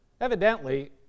Evidently